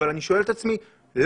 אבל אני שואל את עצמי למה?